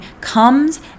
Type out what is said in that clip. comes